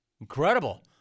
Incredible